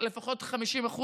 לפחות 50%,